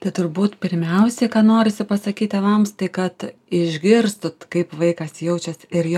tai turbūt pirmiausia norisi pasakyt tėvams tai kad išgirstat kaip vaikas jaučiasi ir jo